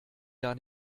gar